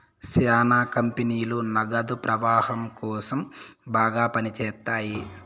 శ్యానా కంపెనీలు నగదు ప్రవాహం కోసం బాగా పని చేత్తాయి